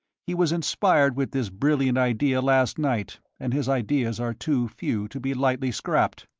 he was inspired with this brilliant idea last night, and his ideas are too few to be lightly scrapped.